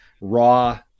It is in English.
raw